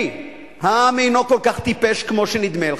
אדוני, העם אינו כל כך טיפש כמו שנדמה לך.